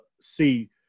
see